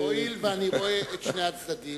הואיל ואני רואה את שני הצדדים,